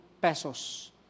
pesos